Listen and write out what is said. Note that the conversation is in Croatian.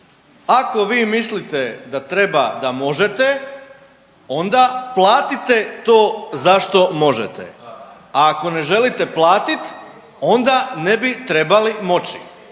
ako vi mislite da treba da možete, onda platite to zašto možete, a ako ne želite platiti, onda ne bi trebali moći.